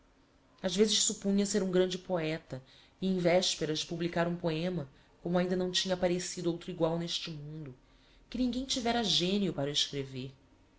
ás vezes suppunha ser um grande poeta e em vesperas de publicar um poema como ainda não tinha apparecido outro egual n'este mundo que ninguem tivera genio para o escrever